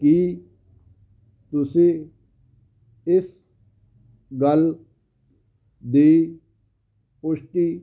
ਕੀ ਤੁਸੀਂ ਇਸ ਗੱਲ ਦੀ ਪੁਸ਼ਟੀ